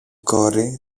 κόρη